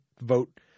vote